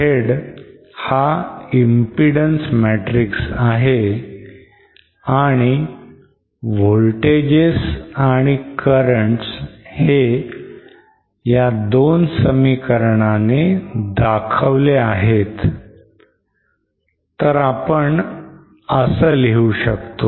Z हा impedance matrix आहे आणि voltages and currents हे या दोन समीकरणाने दाखवले आहे तर आपण असं लिहू शकतो